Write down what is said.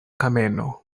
kameno